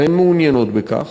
והן מעוניינות בכך,